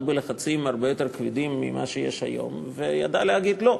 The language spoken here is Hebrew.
בלחצים הרבה יותר כבדים ממה שיש היום וידעה להגיד לא,